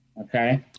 Okay